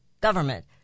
government